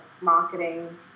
marketing